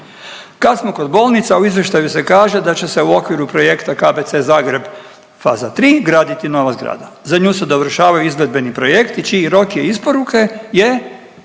Kad smo kod bolnica u izvještaju se kaže da će se u okviru projekta KBC Zagreb, faza III, graditi nova zgrada. Za nju se dovršavaju izvedbeni projekti čiji rok je isporuke je